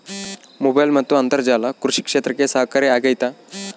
Mobile ಮತ್ತು ಅಂತರ್ಜಾಲ ಕೃಷಿ ಕ್ಷೇತ್ರಕ್ಕೆ ಸಹಕಾರಿ ಆಗ್ತೈತಾ?